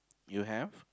you have